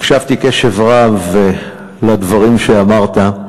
הקשבתי קשב רב לדברים שאמרת.